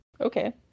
okay